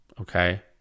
Okay